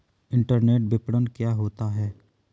Internet विपणन क्या होता है?